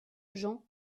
jean